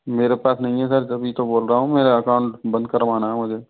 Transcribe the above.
मेरे पास नहीं है सर तभी तो बोल रहा हूँ मेरे अकाउंट बंद करवाना है मुझे